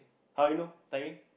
how you know timing